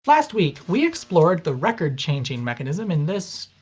last week we explored the record changing mechanism in this,